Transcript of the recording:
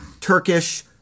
Turkish